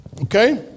Okay